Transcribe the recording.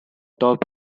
top